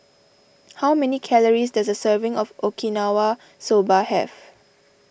how many calories does a serving of Okinawa Soba have